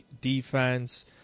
defense